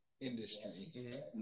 industry